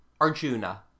Arjuna